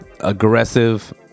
aggressive